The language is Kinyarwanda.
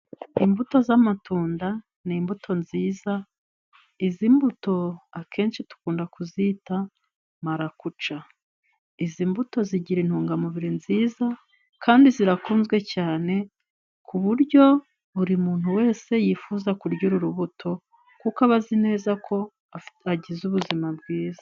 Imbuto z'amatunda ni imbuto nziza. Izi mbuto akenshi dukunda kuzita marakuca. Izi mbuto zigira intungamubiri nziza, kandi zirakunzwe cyane ku buryo buri muntu wese yifuza kurya uru rubuto, kuko aba azi neza ko agize ubuzima bwiza.